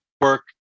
work